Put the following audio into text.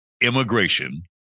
immigration